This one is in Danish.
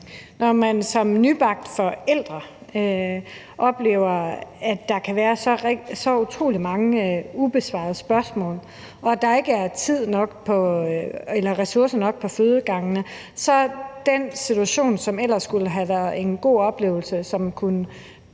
Når man som nybagte forældre oplever, at der kan være så utrolig mange ubesvarede spørgsmål og der ikke er ressourcer nok på fødegangene, bliver den situation, som ellers skulle have været en god oplevelse, som kunne